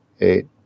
eight